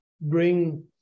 bring